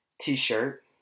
t-shirt